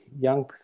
young